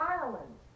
Ireland